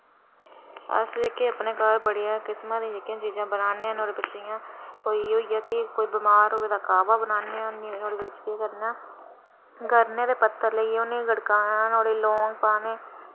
अस जेह्के अपने घर बड़ियां किस्मां दियां चीज़ां बनान्ने नुहाड़े बिच जि'यां कोई होई गेआ कोई बमार होऐ ते कावा बनाने आं ते नुहाड़े च केह् करना गरने दे पत्तर लेइयै गडकाना ते नुहाड़े च लौंग पाने